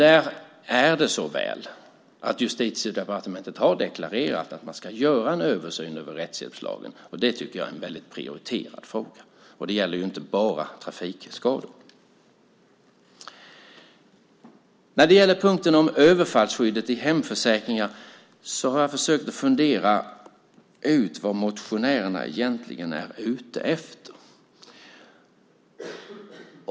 Här är det så väl att Justitiedepartementet har deklarerat att man ska göra en översyn över rättshjälpslagen. Det tycker jag är en väldigt prioriterad fråga. Det gäller inte bara trafikskador. När det gäller punkten om överfallsskydd i hemförsäkringarna har jag försökt förstå vad motionärerna egentligen är ute efter.